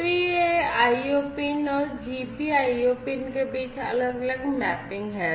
तो ये IO pin और GPIO पिन के बीच अलग अलग मैपिंग हैं